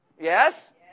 Yes